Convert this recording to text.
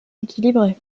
équilibrées